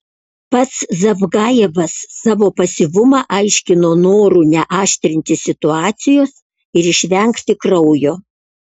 pats zavgajevas savo pasyvumą aiškino noru neaštrinti situacijos ir išvengti kraujo